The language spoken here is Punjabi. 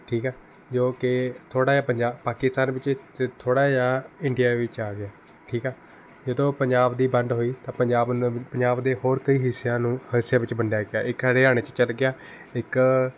ਠੀਕ ਆ ਜੋ ਕਿ ਥੋੜ੍ਹਾ ਜਿਹਾ ਪੰਜਾਬ ਪਾਕਿਸਤਾਨ ਵਿੱਚ ਅਤੇ ਥੋੜ੍ਹਾ ਜਿਹਾ ਇੰਡੀਆ ਵਿੱਚ ਆ ਗਿਆ ਠੀਕ ਆ ਜਦੋਂ ਪੰਜਾਬ ਦੀ ਵੰਡ ਹੋਈ ਤਾਂ ਪੰਜਾਬ ਨੂੰ ਵ ਪੰਜਾਬ ਦੇ ਹੋਰ ਕਈ ਹਿੱਸਿਆਂ ਨੂੰ ਹਿੱਸਿਆਂ ਵਿੱਚ ਵੰਡਿਆ ਗਿਆ ਇੱਕ ਹਰਿਆਣੇ 'ਚ ਚਲਾ ਗਿਆ ਇੱਕ